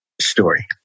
story